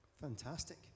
Fantastic